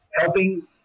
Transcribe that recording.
helping –